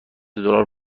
دلار